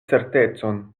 certecon